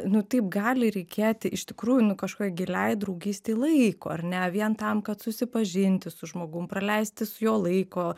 nu taip gali reikėti iš tikrųjų nu kažkokiai giliai draugystei laiko ar ne vien tam kad susipažinti su žmogum praleisti su juo laiko